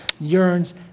yearns